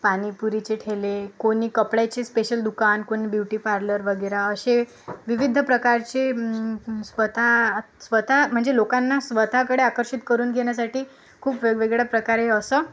पाणीपुरीचे ठेले कोणी कपड्याचे स्पेशल दुकान कोणी ब्युटीपार्लर वगैरे असे विविध प्रकारचे स्वतः स्वतः म्हणजे लोकांना स्वतःकडे आकर्षित करून घेण्यासाठी खूप वेगवेगळ्या प्रकारे असं